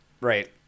right